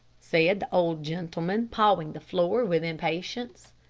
said the old gentleman, pawing the floor with impatience.